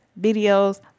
videos